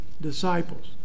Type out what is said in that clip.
disciples